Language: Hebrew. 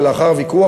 שלאחר ויכוח,